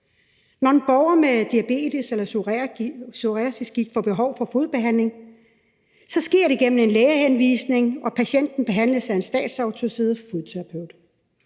Når en borger med diabetes eller psoriasisgigt får behov for fodbehandling, sker det gennem en lægehenvisning, og patienten behandles af en statsautoriseret fodterapeut.